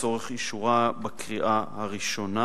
לצורך אישורה בקריאה הראשונה.